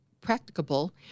practicable